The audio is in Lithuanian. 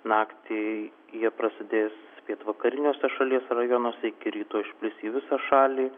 naktį jie prasidės pietvakariniuose šalies rajonuose iki ryto išplis į visą šalį